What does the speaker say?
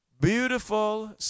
beautiful